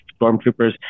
stormtroopers